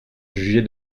jugée